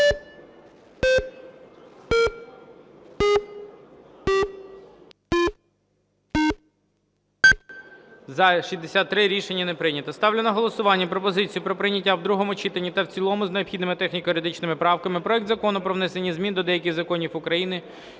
За-63 Рішення не прийнято. Ставлю на голосування пропозицію про прийняття в другому читанні та в цілому з необхідними техніко-юридичними правками проект Закону про внесення змін до деяких законів України